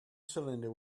cylinder